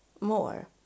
more